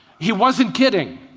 he wasn't kidding.